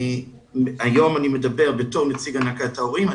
היום אני מדבר כנציג הנהגת ההורים.